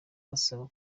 basaba